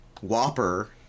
Whopper